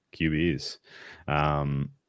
QBs